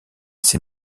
ces